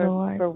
Lord